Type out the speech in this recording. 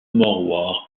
more